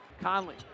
Conley